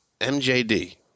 MJD